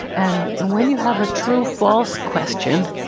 and and when you have a true false question,